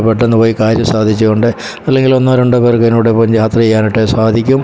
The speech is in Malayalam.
പെട്ടെന്ന് പോയി കാര്യം സാധിച്ചു കൊണ്ട് അല്ലെങ്കിൽ ഒന്നോ രണ്ടോ പേർക്ക് അതിനോടൊപ്പം യാത്ര ചെയ്യാനായിട്ട് സാധിക്കും